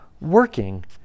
working